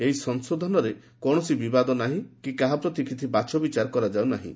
ଏହି ସଂଶୋଧନରେ କୌଣସି ବିବାଦ ନାହିଁ କି କାହାପ୍ରତି କିଛି ବାଛବିଚାର ନାହିଁ